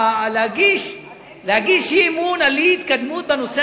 להגיש הצעת אי-אמון על אי-התקדמות בנושא